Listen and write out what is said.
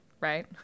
right